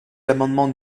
l’amendement